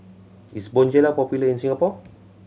is Bonjela popular in Singapore